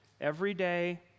everyday